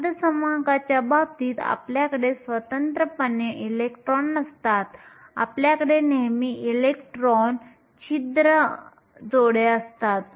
अर्धसंवाहकाच्या बाबतीत आपल्याकडे स्वतंत्रपणे इलेक्ट्रॉन नसतात आपल्याकडे नेहमी इलेक्ट्रॉन होल जोड्या असतात